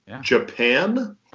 Japan